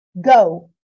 Go